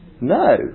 No